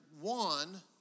one